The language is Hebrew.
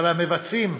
אבל המבצעים,